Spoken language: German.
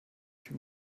viel